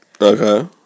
Okay